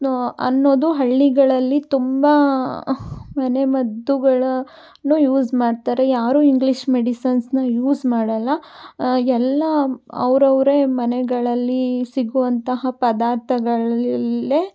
ನು ಅನ್ನೋದು ಹಳ್ಳಿಗಳಲ್ಲಿ ತುಂಬ ಮನೆಮದ್ದುಗಳನ್ನು ಯೂಸ್ ಮಾಡ್ತಾರೆ ಯಾರೂ ಇಂಗ್ಲೀಷ್ ಮೆಡಿಸನ್ಸ್ನಾ ಯೂಸ್ ಮಾಡೋಲ್ಲ ಎಲ್ಲ ಅವರವ್ರೇ ಮನೆಗಳಲ್ಲಿ ಸಿಗುವಂತಹ ಪದಾರ್ಥಗಳಲ್ಲೇ